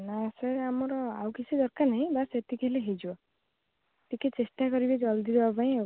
ନା ସାର୍ ଆମର ଆଉ କିଛି ଦରକାର ନାହିଁ ବାସ୍ ଏତିକି ହେଲେ ହେଇଯିବ ଟିକିଏ ଚେଷ୍ଟା କରିବେ ଜଲ୍ଦି ଦେବା ପାଇଁ ଆଉ